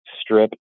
strip